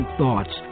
thoughts